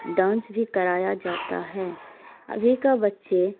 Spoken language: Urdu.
ڈانس بھی کرایا جاتا ہے ابھی کا بچے